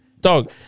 dog